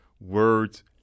words